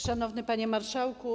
Szanowny Panie Marszałku!